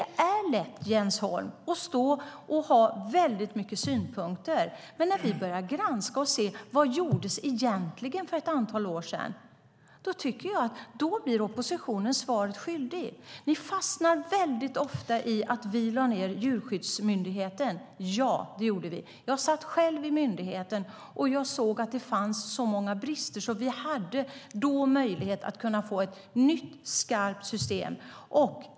Det är lätt, Jens Holm, att stå här och ha väldigt mycket synpunkter. Men när vi börjar granska och se vad som egentligen gjordes för ett antal år sedan tycker jag att oppositionen blir svaret skyldig. Ni fastnar väldigt ofta i att vi lade ned Djurskyddsmyndigheten. Ja, det gjorde vi. Jag satt själv med i myndighetens styrelse, och jag såg att det fanns många brister. Då hade vi möjligheten att få ett nytt, skarpt system.